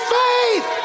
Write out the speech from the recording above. faith